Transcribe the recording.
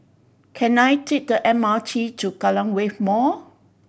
can I take the M R T to Kallang Wave Mall